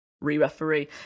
re-referee